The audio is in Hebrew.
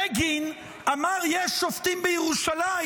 בגין אמר "יש שופטים בירושלים"